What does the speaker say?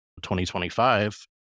2025